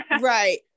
right